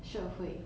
社会